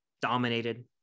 dominated